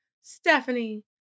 stephanie